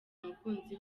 umukunzi